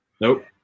Nope